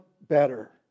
better